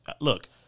Look